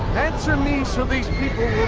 answer me so these people